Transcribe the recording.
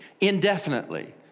indefinitely